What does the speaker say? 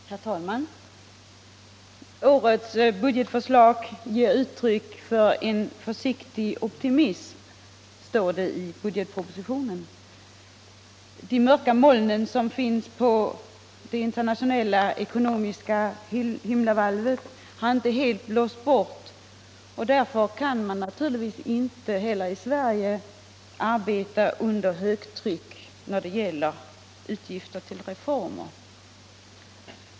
Herr talman! Årets budgetförslag ger uttryck för en försiktig optimism, står det i budgetpropositionen. De mörka molnen på det internationella ekonomiska himlavalvet har inte helt blåst bort, och därför kan man naturligtvis inte heller i Sverige arbeta under högtryck när det gäller utgifter till reformer.